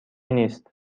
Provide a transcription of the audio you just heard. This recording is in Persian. نیست